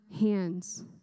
hands